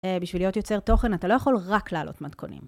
בשביל להיות יוצר תוכן אתה לא יכול רק להעלות מתכונים.